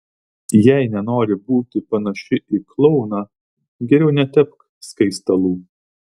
jei nenori būti panaši į klouną geriau netepk skaistalų